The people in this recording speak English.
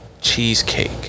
Cheesecake